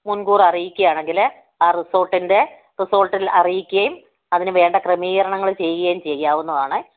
മുൻകൂർ അറിയിക്കയാണെങ്കില് ആ റിസോർട്ടിൻ്റെ റിസോർട്ടിൽ അറിയിക്കുകയും അതിനു വേണ്ട ക്രമീകരണങ്ങള് ചെയ്യൂകയും ചെയ്യാവുന്നതാണ്